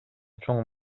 чоң